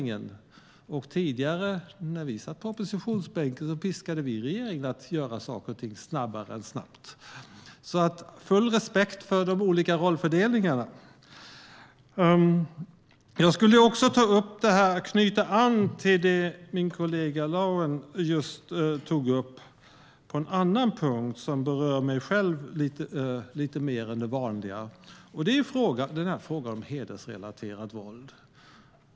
När vi tidigare satt på oppositionsbänken piskade vi regeringen att göra saker och ting snabbare än snabbt. Jag har full respekt för rollfördelningen. Jag ska också knyta an till det min kollega Lawen tog upp på en annan punkt som berör mig lite mer än det vanliga. Det är frågan om hedersrelaterat våld.